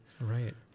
Right